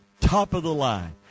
top-of-the-line